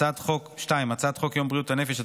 הצעת חוק יום בריאות הנפש,